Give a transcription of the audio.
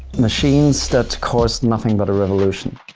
machines that caused nothing but.